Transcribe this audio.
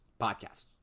podcasts